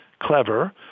clever